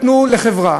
ייתנו לחברה,